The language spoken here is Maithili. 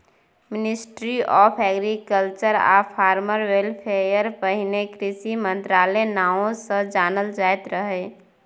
मिनिस्ट्री आँफ एग्रीकल्चर आ फार्मर वेलफेयर पहिने कृषि मंत्रालय नाओ सँ जानल जाइत रहय